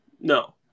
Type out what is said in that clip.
no